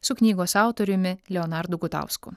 su knygos autoriumi leonardu gutausku